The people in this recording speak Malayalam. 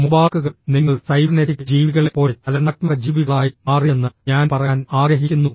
മൊബാർക്കുകൾ നിങ്ങൾ സൈബർനെറ്റിക് ജീവികളെപ്പോലെ ചലനാത്മക ജീവികളായി മാറിയെന്ന് ഞാൻ പറയാൻ ആഗ്രഹിക്കുന്നു